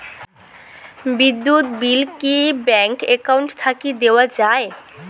বিদ্যুৎ বিল কি bank account থাকি দেওয়া য়ায়?